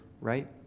right